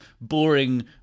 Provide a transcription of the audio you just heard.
boring